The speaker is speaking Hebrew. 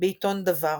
בעיתון "דבר".